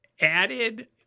added